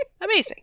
Amazing